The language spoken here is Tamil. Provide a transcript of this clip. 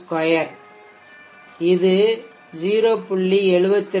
852 இது 0